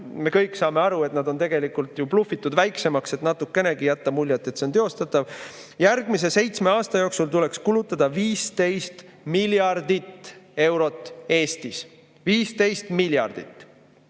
me kõik saame ju aru, et need on tegelikult blufitud väiksemaks, et natukenegi jätta muljet, et see on teostatav –, on sellised: järgmise seitsme aasta jooksul tuleks kulutada 15 miljardit eurot Eestis. 15 miljardit!